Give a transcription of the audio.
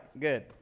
good